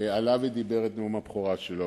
עלה ואמר את נאום הבכורה שלו,